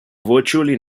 virtually